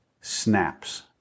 snaps